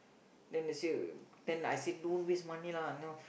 then they say then I say don't waste money lah you know